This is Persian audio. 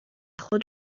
خود